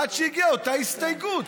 עד שהגיעה אותה הסתייגות